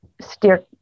steer